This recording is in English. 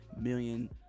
million